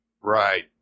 Right